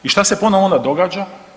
I šta se ponovno onda događa?